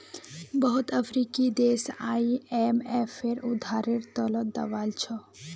बहुत अफ्रीकी देश आईएमएफेर उधारेर त ल दबाल छ